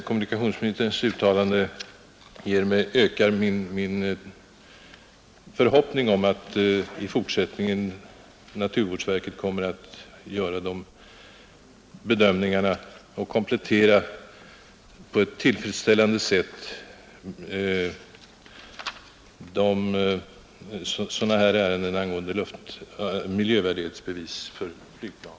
Kommunikationsministerns uttalande ökar min förhoppning om att naturvårdsverket i fortsättningen kommer att få tillfälle att göra sådana bedömningar och därmed på tillfredsställande sätt kan komplettera beslutsunderlaget vid behandlingen av ärenden angående föreskrifter om miljövärdighet för flygplan.